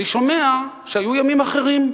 אני שומע שהיו ימים אחרים.